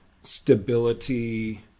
stability